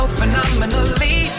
phenomenally